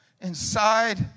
inside